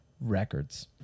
Records